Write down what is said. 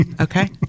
Okay